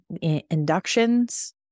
Inductions